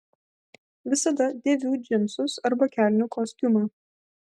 visada dėviu džinsus arba kelnių kostiumą